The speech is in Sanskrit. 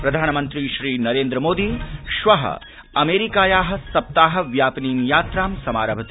प्रधानमन्त्री श्रीनरेन्द्र मोदी श्वः अमेरिकायाः सप्ताह व्यापिनीं यात्रां समारभते